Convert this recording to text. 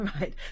right